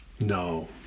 No